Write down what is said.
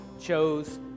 chose